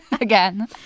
again